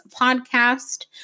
Podcast